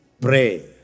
Pray